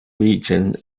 region